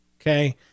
Okay